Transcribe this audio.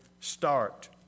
start